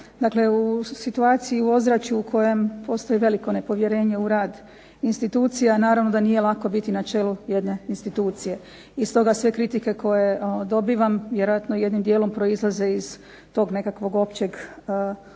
Dakle, u situaciji u ozračju u kojem postoji veliko nepovjerenje u rad institucija, naravno da nije lako biti na čelu jedne institucije. I stoga sve kritike dobivam vjerojatno jednim dijelom proizlaze iz tog nekakvog općeg odnosa